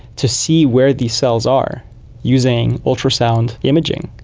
to see where these cells are using ultrasound imaging,